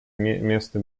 место